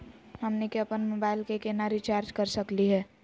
हमनी के अपन मोबाइल के केना रिचार्ज कर सकली हे?